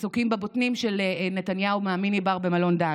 עסוקים בבוטנים של נתניהו מהמיני-בר במלון דן.